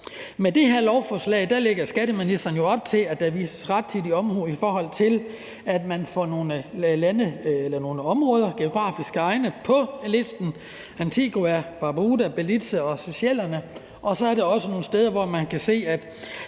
Med det her lovforslag lægger skatteministeren jo op til, at der vises rettidig omhu, i forhold til at man får nogle lande eller nogle områder og geografiske egne på listen, f.eks. Antigua og Barbuda, Belize og Seychellerne. Og så er der også nogle steder, hvor man kan se at